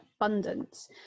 abundance